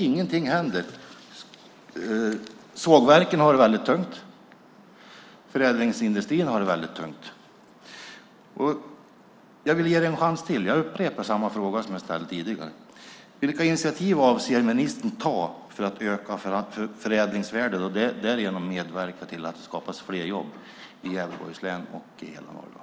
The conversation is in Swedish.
Ingenting händer. Sågverken har det väldigt tungt. Förädlingsindustrin har det väldigt tungt. Jag vill ge ministern en chans till och upprepar därför samma fråga som jag ställde tidigare: Vilka initiativ avser ministern att ta för att öka förädlingsvärdet och därigenom medverka till att det skapas fler jobb i Gävleborgs län och hela Norrland?